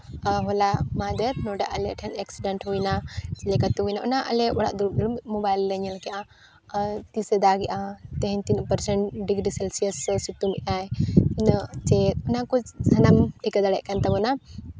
ᱟᱨ ᱦᱚᱞᱟ ᱢᱟᱦᱫᱮᱨ ᱱᱚᱰᱮ ᱟᱞᱮ ᱴᱷᱮᱱ ᱮᱠᱥᱤᱰᱮᱱᱴ ᱦᱩᱭ ᱮᱱᱟ ᱪᱮᱫ ᱞᱮᱠᱟᱛᱮ ᱦᱩᱭ ᱮᱱᱟ ᱚᱱᱟ ᱟᱞᱮ ᱚᱲᱟᱜ ᱫᱩᱲᱩᱵ ᱫᱩᱲᱩᱵ ᱢᱳᱵᱟᱭᱤᱞ ᱨᱮᱞᱮ ᱧᱮᱞ ᱠᱮᱫᱼᱟ ᱟᱨ ᱛᱤᱥᱮ ᱫᱟᱜᱮᱫᱼᱟ ᱛᱮᱦᱤᱧ ᱛᱤᱱᱟᱹᱜ ᱯᱟᱨᱥᱮᱱᱴ ᱰᱤᱜᱨᱤ ᱥᱮᱞᱥᱤᱭᱟᱥ ᱮ ᱥᱤᱛᱩᱝ ᱮᱫ ᱟᱭ ᱛᱤᱱᱟᱹᱜ ᱪᱮᱫ ᱚᱱᱟ ᱠᱚ ᱥᱟᱱᱟᱢ ᱴᱷᱤᱠᱟᱹ ᱫᱟᱲᱮᱭᱟᱜ ᱠᱟᱱ ᱛᱟᱵᱳᱱᱟ